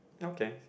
okay